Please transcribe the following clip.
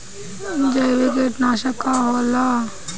जैविक कीटनाशक का होला?